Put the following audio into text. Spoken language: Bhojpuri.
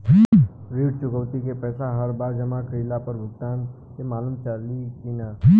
ऋण चुकौती के पैसा हर बार जमा कईला पर भुगतान के मालूम चाही की ना?